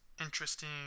interesting